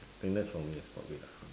think that's for me it's probably the hardest